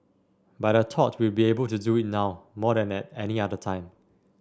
but I thought we'd be able to do it now more than at any other time